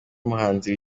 muhanzi